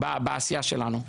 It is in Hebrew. בעשייה שלנו.